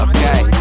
Okay